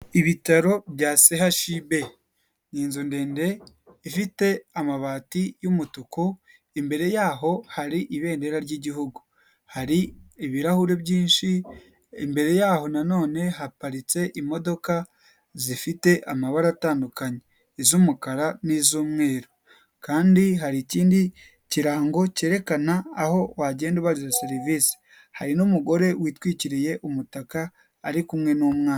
Ibitaro bya sehashibe ni inzu ndende ifite amabati y'umutuku imbere yaho hari ibendera ry'igihugu. Hari ibirahuri byinshi imbere yaho nano haparitse imodoka zifite amabara atandukanye iz'umukara n'iz'umweru, kandi hari ikindi kirango cyerekana aho wagenda u ubabaza serivisi hari n'umugore witwikiriye umutaka ari kumwe n'umwana.